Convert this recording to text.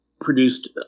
produced